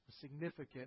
significant